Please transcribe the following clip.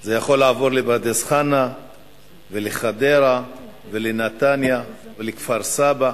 זה יכול לעבור לפרדס-חנה ולחדרה ולנתניה ולכפר-סבא,